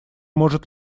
может